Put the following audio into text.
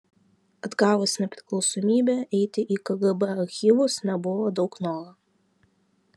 atgavus nepriklausomybę eiti į kgb archyvus nebuvo daug noro